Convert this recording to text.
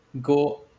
go